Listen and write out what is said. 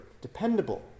dependable